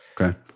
Okay